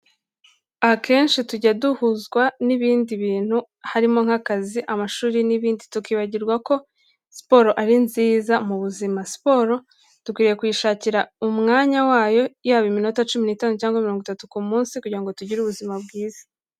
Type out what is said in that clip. Akenshi tujya duhuzwa n'ibindi bintu harimo nk'akazi, amashuri n'ibindi tukibagirwa ko siporo ari nziza mu buzima. Siporo dukwiye kuyishakira umwanya wayo yaba iminota cumi n'itanu cyangwa mirongo itatu ku munsi kugira ngo tugire ubuzima bwiza.